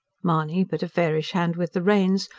mahony, but a fairish hand with the reins,